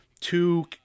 two